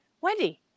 Wendy